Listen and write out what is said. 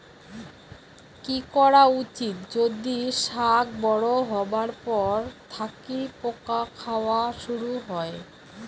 কি করা উচিৎ যদি শাক বড়ো হবার পর থাকি পোকা খাওয়া শুরু হয়?